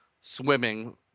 swimming